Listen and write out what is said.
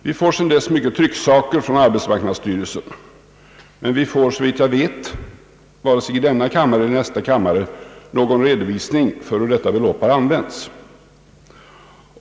Vi har fått många trycksaker från arbetsmarknadsstyrelsen, men vi får, såvitt jag vet, varken i denna kammare eller i andra kammaren någon redovisning för hur dessa belopp har använts.